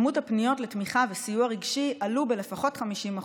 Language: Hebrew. היקף הפניות לתמיכה וסיוע רגשי עלה לפחות ב-50%.